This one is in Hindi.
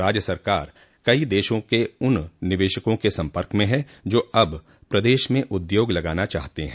राज्य सरकार कई देशों के उन निवेशकों के संपर्क में है जो अब प्रदेश में उद्योग लगाना चाहते हैं